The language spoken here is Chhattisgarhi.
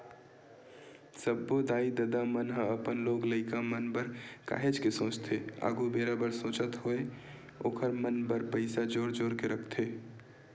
सब्बो दाई ददा मन ह अपन लोग लइका मन बर काहेच के सोचथे आघु बेरा बर सोचत होय ओखर मन बर पइसा जोर जोर के रखथे